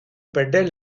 perder